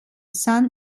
son